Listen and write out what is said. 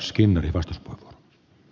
arvoisa puhemies